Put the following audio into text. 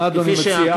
מה אדוני מציע?